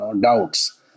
doubts